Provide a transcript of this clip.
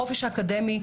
החופש האקדמי.